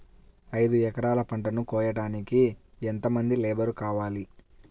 ఐదు ఎకరాల పంటను కోయడానికి యెంత మంది లేబరు కావాలి?